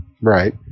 Right